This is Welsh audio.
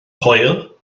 coil